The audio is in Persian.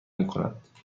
میکند